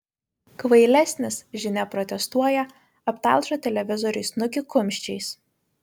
kvailesnis žinia protestuoja aptalžo televizoriui snukį kumščiais